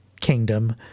kingdom